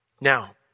Now